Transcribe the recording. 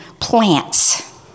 plants